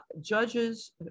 judges